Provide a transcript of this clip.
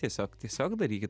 tiesiog tiesiog darykit